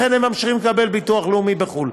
לכן הם ממשיכים לקבל ביטוח לאומי בחו"ל.